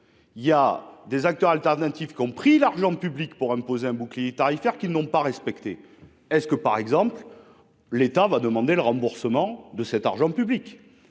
Il y a des acteurs alternatifs qu'ont pris l'argent public pour imposer un bouclier tarifaire qui n'ont pas respecté. Est-ce que par exemple. L'État va demander le remboursement de cet argent public.